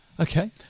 Okay